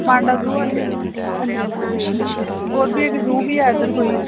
मांडा जू आह्ली हां जी हां जी होर बी इक जू बी ऐ इद्धर कोई